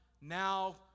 now